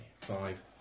Five